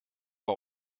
war